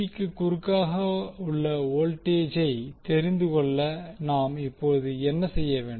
க்கு குறுக்காக உள்ள வோல்டேஜை தெரிந்து கொள்ள நாம் இப்போது என்ன செய்ய வேண்டும்